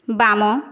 ବାମ